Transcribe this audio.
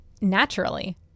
naturally